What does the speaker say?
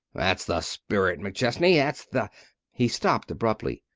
that's the spirit, mcchesney! that's the he stopped, abruptly.